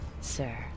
sir